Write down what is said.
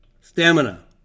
stamina